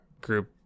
group